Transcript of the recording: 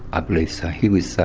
i believe so. he was